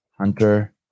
Hunter